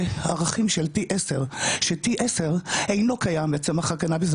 בערכים של T10 ש- T10 אינו קיים בצמח הקנאביס,